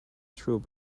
through